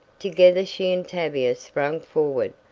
together she and tavia sprang forward,